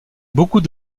beaucoup